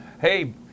Hey